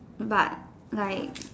but like